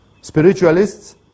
spiritualists